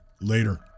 Later